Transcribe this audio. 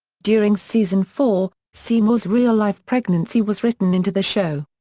during season four, seymour's real-life pregnancy was written into the show.